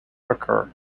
occur